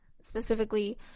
specifically